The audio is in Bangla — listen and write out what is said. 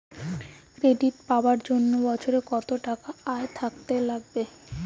ক্রেডিট পাবার জন্যে বছরে কত টাকা আয় থাকা লাগবে?